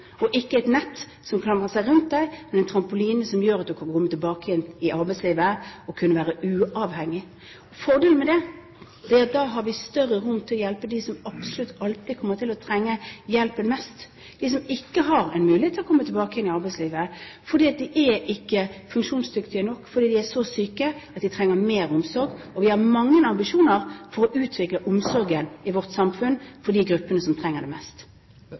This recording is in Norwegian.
og ikke et nett som klamrer seg rundt deg – en trampoline som gjør at du kommer tilbake igjen til arbeidslivet, og kan være uavhengig. Fordelen med det er at da har vi større rom for å hjelpe dem som absolutt alltid kommer til å trenge hjelpen mest, de som ikke har en mulighet til å komme tilbake igjen til arbeidslivet, fordi de ikke er funksjonsdyktige nok, fordi de er så syke at de trenger mer omsorg. Vi har mange ambisjoner om å utvikle omsorgen i vårt samfunn for de gruppene som trenger det mest.